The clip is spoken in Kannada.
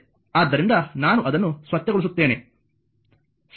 ಆದ್ದರಿಂದ ನಾನು ಅದನ್ನು ಸ್ವಚ್ಛಗೊಳಿಸುತ್ತೇನೆ